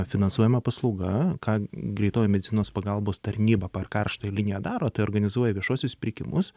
finansuojama paslauga ką greitoji medicinos pagalbos tarnyba per karštąją liniją daro tai organizuoja viešuosius pirkimus